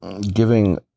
giving